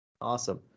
awesome